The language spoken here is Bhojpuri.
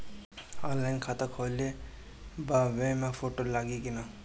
ऑनलाइन खाता खोलबाबे मे फोटो लागि कि ना?